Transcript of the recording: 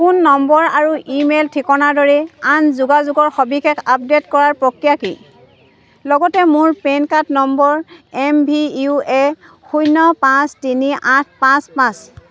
phone নম্বৰ আৰু email ঠিকনাৰ দৰে আন যোগাযোগৰ সবিশেষ আপডেট কৰাৰ প্ৰক্ৰিয়া কি লগতে মোৰ পেন কাৰ্ড নম্বৰ এম ভি ইউ এ শূন্য পাঁচ তিনি আঠ পাঁচ পাঁচ